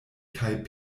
kaj